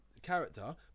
Character